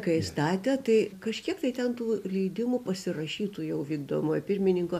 kai statė tai kažkiek tai ten tų leidimų pasirašytų jau vykdomojo pirmininko